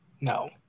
No